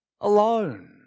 Alone